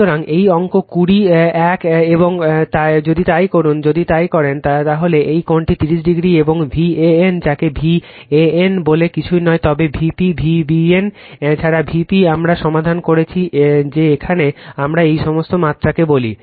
সুতরাং এটি অঙ্ক 20 এক এবং যদি তাই করেন যদি তা করেন তাহলে এই কোণটি 30o এবং Van যাকে Van বলে কিছু নয় তবে Vp V bn এছাড়াও Vp আমরা সমাধান করেছি যে এখানে আমরা এই সমস্ত মাত্রাকে বলি